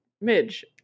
Midge